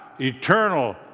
eternal